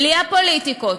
בלי הפוליטיקות.